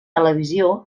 televisió